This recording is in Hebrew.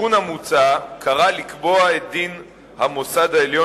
התיקון המוצע קרא לקבוע את דין המוסד העליון